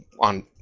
on